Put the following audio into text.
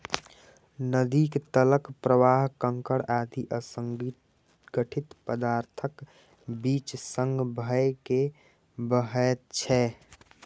नदीक तलक प्रवाह कंकड़ आदि असंगठित पदार्थक बीच सं भए के बहैत छै